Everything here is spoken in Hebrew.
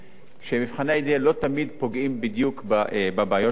שמבחני ADL לא תמיד פוגעים בדיוק בבעיות שלהם.